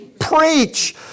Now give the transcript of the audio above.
preach